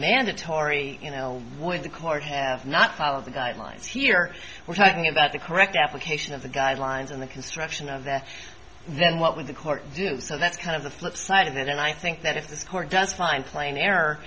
mandatory you know would the court have not followed the guidelines here we're talking about the correct application of the guidelines and the construction of that then what would the court do so that's kind of the flip side of that and i think that if this court does find plain error